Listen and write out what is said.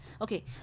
okay